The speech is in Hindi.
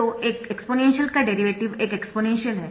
तो एक एक्सपोनेंशियल का डेरिवेटिव एक एक्सपोनेंशियल है